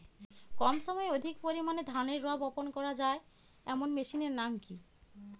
কম সময়ে অধিক পরিমাণে ধানের রোয়া বপন করা য়ায় এমন মেশিনের নাম কি?